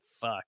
fuck